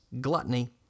gluttony